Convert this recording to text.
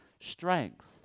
strength